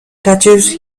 touches